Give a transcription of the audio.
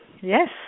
Yes